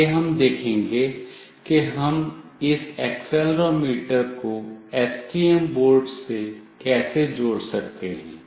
आगे हम देखेंगे कि हम इस एक्सेलेरोमीटर को एसटीएम बोर्ड से कैसे जोड़ सकते हैं